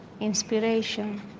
inspiration